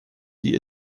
die